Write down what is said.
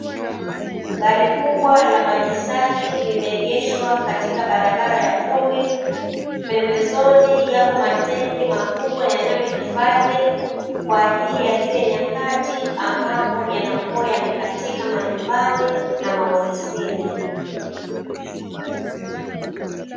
Gari kubwa la maji safi limeegeshwa katika barabara ya vumbi, pembezoni yapo matenki makubwa yanayohifadhi kwa ajili ya zile nyakati ambapo yanakuwa yamekatika majumbani na maofisini.